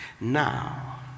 Now